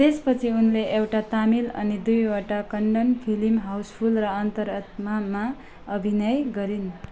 त्यसपछि उनले एउटा तामिल अनि दुईवटा कन्नड फिल्म हाउसफुल र अन्तरात्मामा अभिनय गरिन्